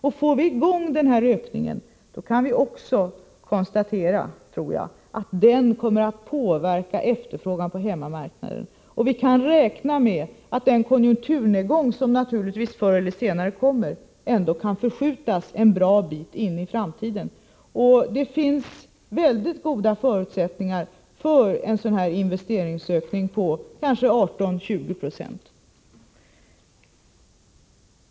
Får vi väl i gång denna ökning, kan vi nog konstatera att den också kommer att påverka efterfrågan på hemmamarknaden. Vi kan då räkna med att den konjunkturnedgång som naturligtvis förr eller senare kommer kan skjutas en bra bit in i framtiden. Det finns mycket goda förutsättningar för en investeringsökning på kanske 18-20 96.